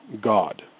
God